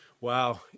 Wow